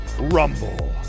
rumble